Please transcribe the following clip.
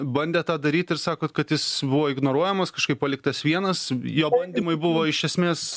bandė tą daryt ir sakot kad jis buvo ignoruojamas kažkaip paliktas vienas jo bandymai buvo iš esmės